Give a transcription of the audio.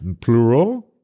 plural